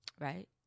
Right